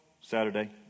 Saturday